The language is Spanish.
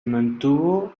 mantuvo